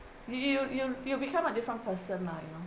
you you you you will become a different person lah you know